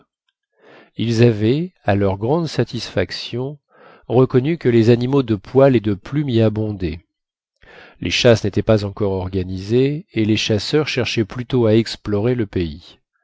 ils avaient à leur grande satisfaction reconnu que les animaux de poil et de plume y abondaient les chasses n'étaient pas encore organisées et les chasseurs cherchaient plutôt à explorer le pays